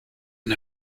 and